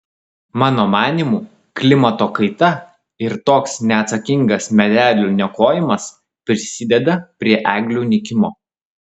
mano manymu klimato kaita ir toks neatsakingas medelių niokojimas prisideda prie eglių nykimo